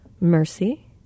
mercy